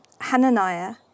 Hananiah